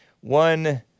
one